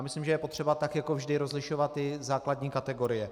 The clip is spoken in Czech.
Myslím si, že je potřeba, tak jako vždy, rozlišovat základní kategorie.